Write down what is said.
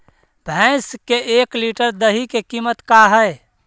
भैंस के एक लीटर दही के कीमत का है?